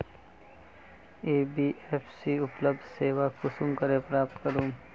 NBFC उपलब्ध सेवा कुंसम करे प्राप्त करूम?